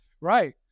right